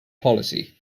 policy